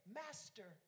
master